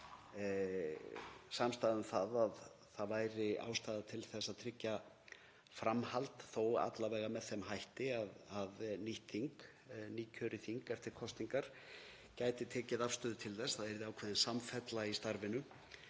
samstaða um að það væri ástæða til að tryggja framhald þó alla vega með þeim hætti að nýtt þing, nýkjörið þing eftir kosningar gæti tekið afstöðu til þess og það yrði ákveðin samfella í starfinu